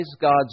God's